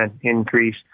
increase